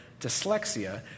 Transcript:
dyslexia